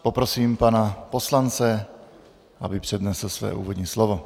Poprosím pana poslance, aby přednesl své úvodní slovo.